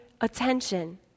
attention